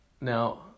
Now